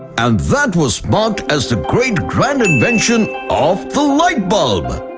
and, that was marked as the great grand invention of the light bulb!